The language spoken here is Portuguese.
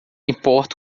importo